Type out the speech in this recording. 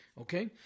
okay